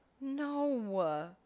No